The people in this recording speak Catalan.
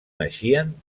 naixien